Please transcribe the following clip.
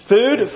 Food